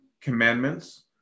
commandments